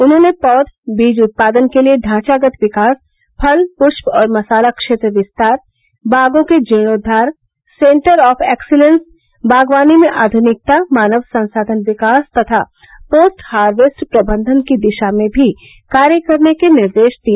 उन्होंने पौध बीज उत्पादन के लिए ढांचागत विकास फल पुष्प और मसाला क्षेत्र विस्तार बागो के जीर्णोद्वार सेन्टर आफॅ एक्सीलेंस बागवानी में आधुनिकता मानव संसाधन विकास तथा पोस्ट हार्येस्ट प्रबंधन की दिशा में भी कार्य करने के निर्देश दिए